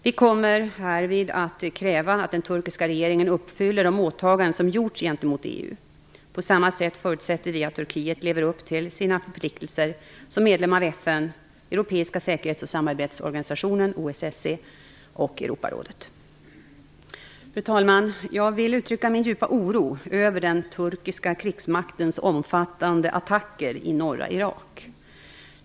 Vi kommer härvid att kräva att den turkiska regeringen uppfyller de åtaganden som gjorts gentemot EU. På samma sätt förutsätter vi att Turkiet lever upp till sina förpliktelser som medlem av FN, Europeiska säkerhets och samarbetsorganisationen OSSE och Fru talman! Jag vill uttrycka min djupa oro över den turkiska krigsmaktens omfattande attacker i norra Irak.